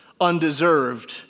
undeserved